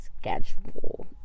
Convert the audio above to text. schedule